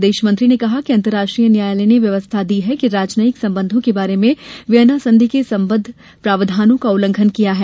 विदेशमंत्री ने कहा कि अंतरराष्ट्रीय न्यायालय ने व्यवस्था दी है कि राजनयिक संबंधों के बारे में वियना संधि के सम्बद्ध प्रावधानों का उल्लंघन किया है